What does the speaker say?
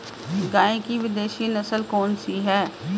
गाय की विदेशी नस्ल कौन सी है?